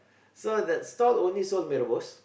so that store only sold mee-rebus